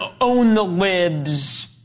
own-the-libs